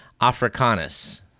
africanus